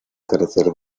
carecer